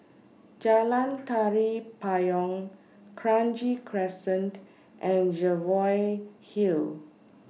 Jalan Tari Payong Kranji Crescent and Jervois Hill